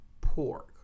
pork